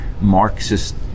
Marxist